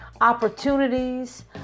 opportunities